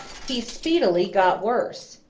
he speedily got worse.